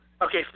Okay